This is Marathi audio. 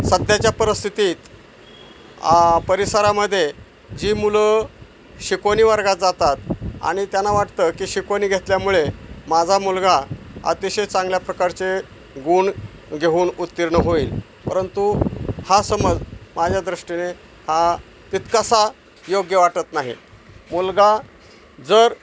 सध्याच्या परिस्थितीत परिसरामध्ये जी मुलं शिकवणी वर्गात जातात आणि त्यांना वाटतं की शिकवणी घेतल्यामुळे माझा मुलगा अतिशय चांगल्या प्रकारचे गुण घेऊन उत्तीर्ण होईल परंतु हा समज माझ्या दृष्टीने हा तितकासा योग्य वाटत नाही मुलगा जर